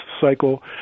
cycle